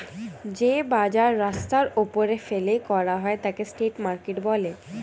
যে বাজার রাস্তার ওপরে ফেলে করা হয় তাকে স্ট্রিট মার্কেট বলে